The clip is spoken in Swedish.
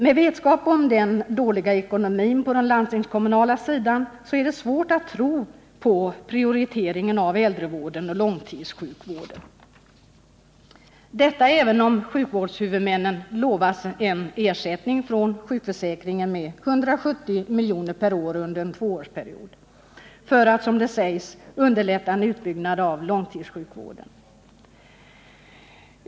Med vetskap om den dåliga ekonomin på den landstingskommunala sidan är det svårt att tro på prioriteringen av äldrevården och långtidssjukvården, detta även om sjukvårdshuvudmännen lovats en ersättning från sjukförsäkringen med 170 miljoner per år under en tvåårsperiod för att, som det sägs, underlätta en utbyggnad av långtidssjukvården.